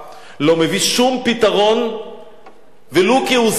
לא מביא שום פתרון ולו כהוא-זה,